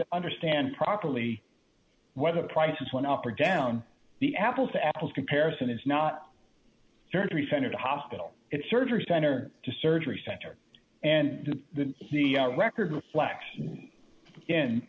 to understand properly whether prices went up or down the apples to apples comparison is not surgery center the hospital it's surgery center to surgery center and the record reflects in